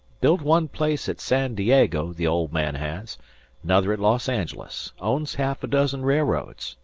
built one place at san diego, the old man has another at los angeles owns half a dozen railroads,